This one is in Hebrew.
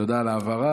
תודה על ההבהרה.